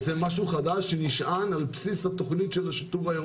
זה משהו חדש שנשען על בסיס התוכנית של השיטור העירוני.